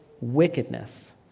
wickedness